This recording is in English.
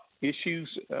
issues